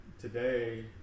today